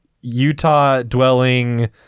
Utah-dwelling